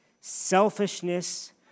selfishness